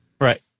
Right